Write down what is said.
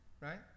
right